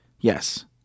Yes